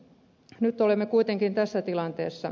nyt olemme kuitenkin tässä tilanteessa